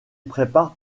prépare